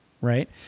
right